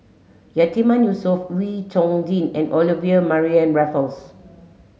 Yatiman Yusof Wee Chong Jin and Olivia Mariamne Raffles